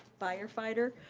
firefighter,